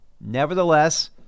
Nevertheless